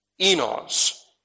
Enos